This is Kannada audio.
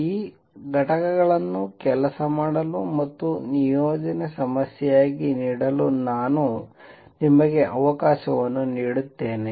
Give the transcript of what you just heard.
ಈ ಘಟಕಗಳನ್ನು ಕೆಲಸ ಮಾಡಲು ಮತ್ತು ನಿಯೋಜನೆ ಸಮಸ್ಯೆಯಾಗಿ ನೀಡಲು ನಾನು ನಿಮಗೆ ಅವಕಾಶ ನೀಡುತ್ತೇನೆ